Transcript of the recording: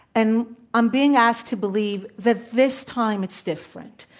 and i'm being asked to believe that this time, it's different.